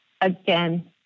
again